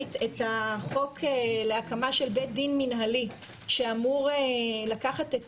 מסיבית את החוק להקמה של בית דין מינהלי שאמור לקחת את